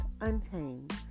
Untamed